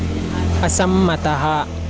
असम्मतः